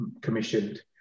commissioned